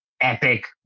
epic